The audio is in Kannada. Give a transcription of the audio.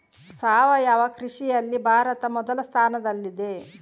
ಸಾವಯವ ಕೃಷಿಯಲ್ಲಿ ಭಾರತ ಮೊದಲ ಸ್ಥಾನದಲ್ಲಿದೆ